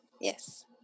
Yes